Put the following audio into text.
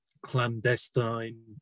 clandestine